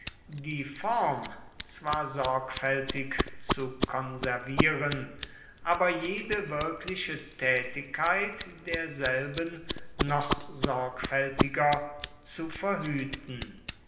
die form zwar sorgfältig zu konservieren aber jede wirkliche tätigkeit derselben noch sorgfältiger zu verhüten